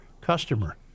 customer